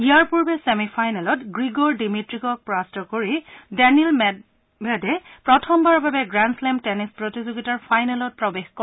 ইয়াৰপূৰ্বে ছেমিফাইনেলত গ্ৰিগ'ৰ ডিমিট্ভক পৰাস্ত কৰি ডেনিল মেডভেদেৱে প্ৰথমবাৰৰ বাবে গ্ৰেণুশ্লাম টেনিছ প্ৰতিযোগিতাৰ ফাইনেলত প্ৰৱেশ কৰে